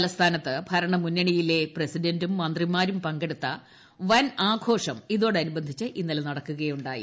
തലസ്ഥാനത്ത് ഭരണമുന്നണിയിലെ പ്രസിഡന്റും മന്ത്രിമാരും പങ്കെടുത്ത വന് ആഘോഷം ഇതോടനുബന്ധിച്ച് ഇന്നലെ നടക്കുകയുണ്ടായി